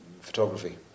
photography